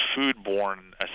food-borne